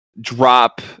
drop